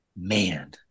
man